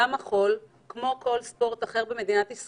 גם מחול הוא ספורט תחרותי לכל דבר כמו כל ספורט אחר במדינת ישראל.